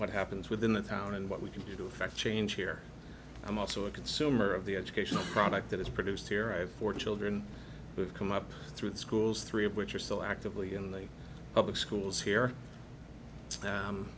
what happens within the town and what we can do to effect change here i'm also a consumer of the educational product that is produced here i have four children who have come up through the schools three of which are still actively in the public schools here